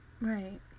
Right